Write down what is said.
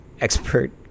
expert